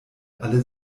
alle